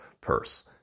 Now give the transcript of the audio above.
purse